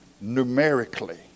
numerically